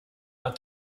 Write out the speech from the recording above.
are